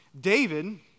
David